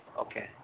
okay